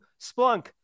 Splunk